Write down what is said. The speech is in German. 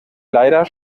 leider